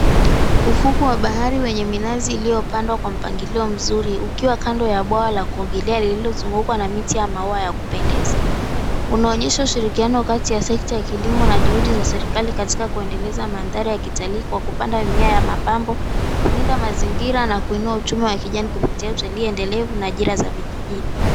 Ufukwe wa bahari wenye minazi iliyopandwa kwa mpangilio mzuri, ukiwa kando ya bwawa la kuogelea lililozungukwa na miti ya maua ya kupendeza, unaonyesha ushirikiano kati ya sekta ya kilimo na juhudi za serikali katika kuendeleza mandhari ya kitalii kwa kupanda mimea ya mapambo, kulinda mazingira, na kuinua uchumi wa kijani, kupitia utalii endelevu na ajira za vijijini.